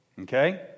okay